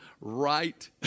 right